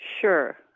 Sure